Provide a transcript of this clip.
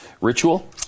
ritual